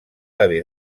haver